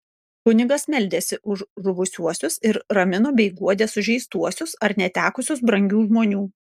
kunigas meldėsi už žuvusiuosius ir ramino bei guodė sužeistuosius ar netekusius brangių žmonių